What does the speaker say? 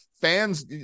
fans